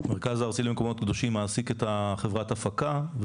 המרכז הארצי למקומות הקדושים מעסיק את חברת ההפקה,